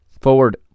forward